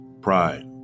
pride